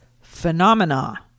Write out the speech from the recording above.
phenomena